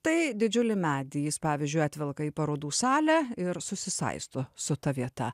tai didžiulį medį jis pavyzdžiui atvelka į parodų salę ir susisaisto su ta vieta